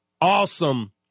awesome